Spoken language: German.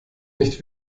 nicht